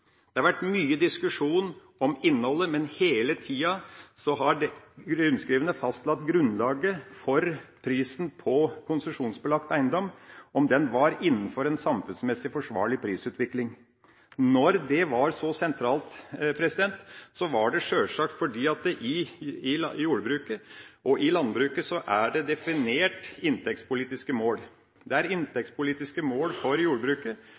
Det har vært mye diskusjon om innholdet, men hele tiden har disse rundskrivene fastsatt grunnlaget for prisen på konsesjonsbelagt eiendom, om den var innenfor en samfunnsmessig forsvarlig prisutvikling. Når det har vært så sentralt, er det sjølsagt fordi det i i jordbruket og landbruket er definert inntektspolitiske mål. Det er inntektspolitiske mål for jordbruket,